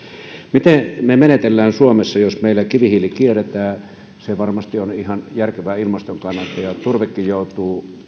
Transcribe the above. miten me menettelemme suomessa jos meillä kivihiili kielletään se varmasti on ihan järkevää ilmaston kannalta ja turvekin joutuu